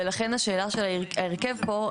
ולכן השאלה של ההרכב פה,